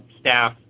staff